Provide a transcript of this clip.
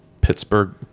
Pittsburgh